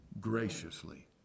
graciously